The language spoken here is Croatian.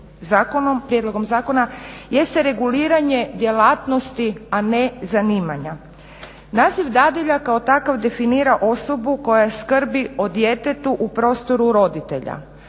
prijedlogom zakona jeste reguliranje djelatnosti, a ne zanimanja. Naziv dadilja kao takav definira osobu koja skrbi o djetetu u prostoru roditelja,